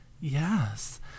Yes